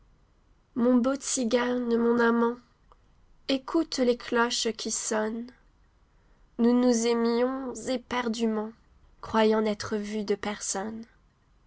mon beau tzigane mon amant écoute les cloches qui sonnent nous nous aimions éperdument croyant n'être vus de personne